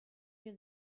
wir